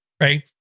Right